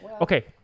Okay